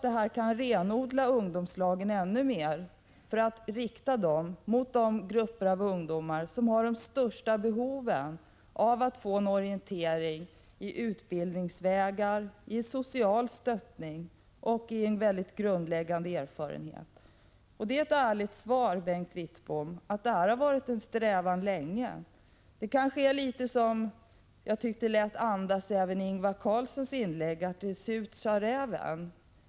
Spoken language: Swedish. Detta kan renodla ungdomslagen ännu mer, för att riktas mot de grupper av ungdomar som har de största behoven av att få en orientering om utbildningsvägar, ett socialt stöd och en grundläggande erfarenhet. Det är ett ärligt besked, Bengt Wittbom, att detta länge har varit en strävan. Det kanske är så, som även Ingvar Karlssons i Bengtsfors inlägg andades, att det är ”surt, sade räven”.